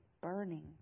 burning